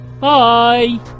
bye